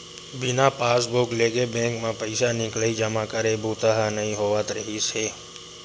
बिना पासबूक लेगे बेंक म पइसा निकलई, जमा करई बूता ह नइ होवत रिहिस हे